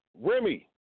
Remy